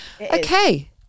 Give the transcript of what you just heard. Okay